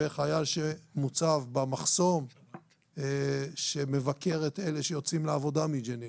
וחייל שמוצב במחסום ומבקר את אלה שיוצאים לעבודה מג'נין.